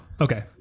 Okay